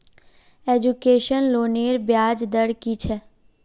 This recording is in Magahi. एजुकेशन लोनेर ब्याज दर कि छे?